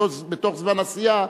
בתוך זמן עשייה,